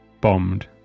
bombed